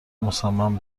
مصمم